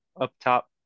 up-top